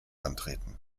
antreten